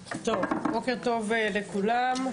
בוקר טוב לכולם,